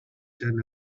than